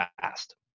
Fast